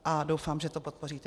A doufám, že to podpoříte.